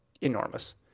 enormous